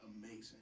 Amazing